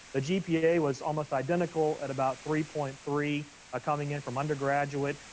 the gpa was almost identical at about three point three ah coming in from undergraduate.